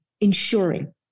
ensuring